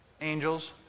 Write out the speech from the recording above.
angels